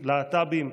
להט"בים,